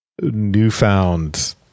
newfound